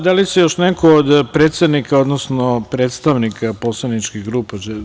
Da li se još neko od predsednika, odnosno predstavnika poslaničkih grupa javlja?